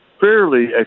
fairly